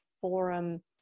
forum